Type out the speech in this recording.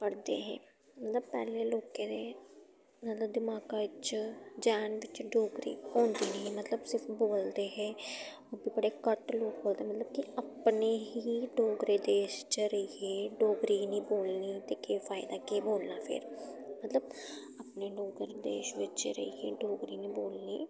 पढ़दे हे मतलब पैह्ले लोकें दे मतलब दिमागा च जैह्न बिच्च डोगरी होंदी निं ही मतलब सिर्फ बोलदे हे बड़े घट्ट लोग मतलब कि अपने ही डोगरे देश च रेहियै डोगरी निं बोलनी ते केह् फायदा केह् बोलना फिर मतलब अपने डोगरे देश बिच्च रेहियै डोगरी निं बोलनी ते